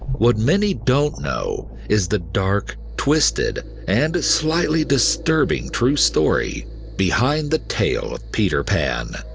what many don't know is the dark, twisted, and slightly disturbing true story behind the tale of peter pan.